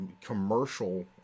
commercial